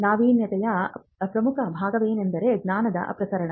ನಾವೀನ್ಯತೆಯ ಪ್ರಮುಖ ಭಾಗವೆಂದರೆ ಜ್ಞಾನದ ಪ್ರಸರಣ